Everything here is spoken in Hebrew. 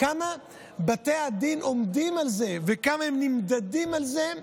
כמה בתי הדין עומדים על זה וכמה הם נמדדים על זה.